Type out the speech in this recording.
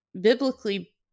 biblically